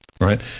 right